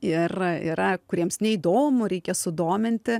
ir yra kuriems neįdomu reikia sudominti